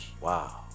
Wow